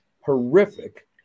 horrific